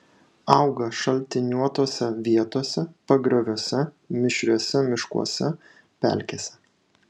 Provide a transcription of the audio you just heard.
auga šaltiniuotose vietose pagrioviuose mišriuose miškuose pelkėse